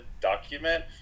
document